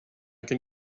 can